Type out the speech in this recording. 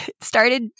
started